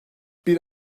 bir